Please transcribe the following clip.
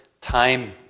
time